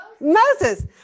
Moses